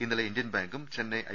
ഇന്നലെ ഇന്ത്യൻ ഞ്ചാങ്കും ചെന്നൈ ഐ